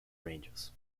ranges